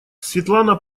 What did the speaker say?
светлана